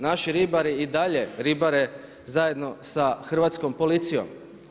Naši ribari i dalje ribare zajedno sa hrvatskom policijom.